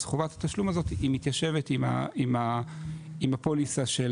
אז חובת התשלום הזאת היא מתיישבת עם הפוליסה של